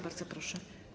Bardzo proszę.